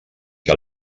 què